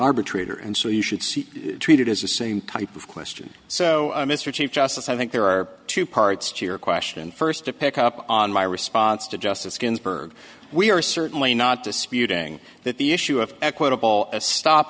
arbitrator and so you should see treated as the same type of question so mr chief justice i think there are two parts to your question first to pick up on my response to justice ginsburg we are certainly not disputing that the issue of equitable and stop